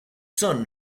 son